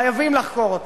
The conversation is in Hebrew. חייבים לחקור אותו.